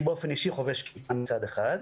אני באופן אישי חובש כיפה מצד אחד,